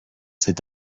cet